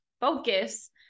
focus